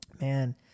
man